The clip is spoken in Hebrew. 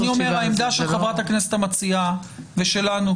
העמדה של חברת הכנסת המציעה ושלנו,